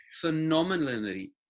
phenomenally